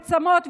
את הצמות,